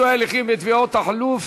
פיצוי הליכים בתביעות תחלוף),